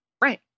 Right